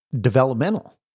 developmental